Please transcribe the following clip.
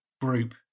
group